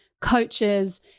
coaches